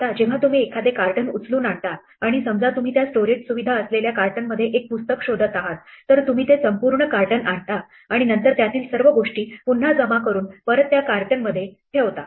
आता जेव्हा तुम्ही एखादे कार्टन उचलून आणता आणि समजा तुम्ही त्या स्टोरेज सुविधा असलेल्या कार्टन मध्ये एक पुस्तक शोधत आहात तर तुम्ही ते संपूर्ण कार्टन आणता आणि नंतर त्त्यातील सर्व गोष्टी पुन्हा जमा करून परत त्या कार्टन मध्ये ठेवता